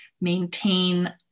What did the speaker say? maintain